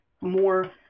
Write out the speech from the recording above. more